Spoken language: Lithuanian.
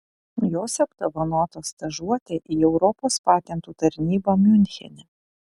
jos apdovanotos stažuote į europos patentų tarnybą miunchene